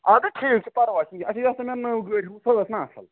اَدٕ ٹھیٖک چھُ پَرواے چھُنہٕ کینٛہہ اَچھا یۅس ژےٚ مےٚ نٔو گٲڑۍ ٲس نا